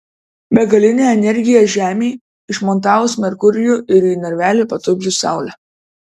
begalinė energija žemei išmontavus merkurijų ir į narvelį patupdžius saulę